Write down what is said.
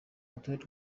urutonde